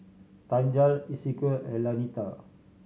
Tanja Esequiel and Lanita